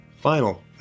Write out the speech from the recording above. final